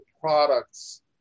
products